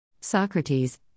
Socrates